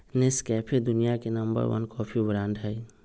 Nescafe दुनिया के number one coffee brand हई